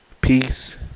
peace